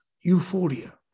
euphoria